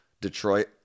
Detroit